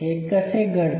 हे कसे घडते